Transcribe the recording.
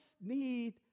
need